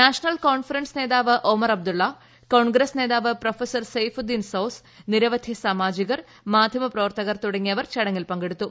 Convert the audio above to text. national conference നേതാവ് Omar Abdullah congress നേതാവ് professor Saifuddin Soz നിരവധി സാമാജികർ മാധ്യമപ്രവർത്തകർ തുടങ്ങിയവരടക്കമുള്ളവർ ചടങ്ങിൽ പങ്കെടുത്തു